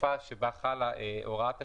התקופה שבה חלה הוראת השעה,